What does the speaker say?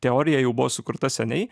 teorija jau buvo sukurta seniai